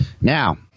Now